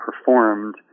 performed